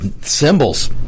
symbols